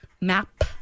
Map